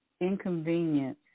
inconvenience